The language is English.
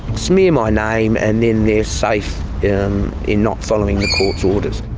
smear my name and then they're safe in in not following the court's orders.